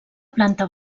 planta